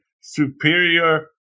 Superior